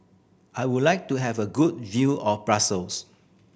I would like to have a good view of Brussels